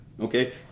okay